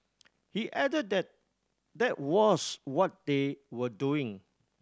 he added that that was what they were doing